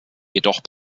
jedoch